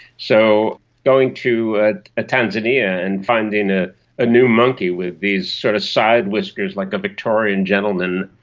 so going to ah tanzania and finding ah a new monkey with these sort of side whiskers like a victorian gentleman,